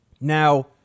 Now